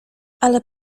ale